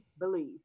believe